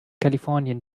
kalifornien